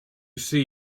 see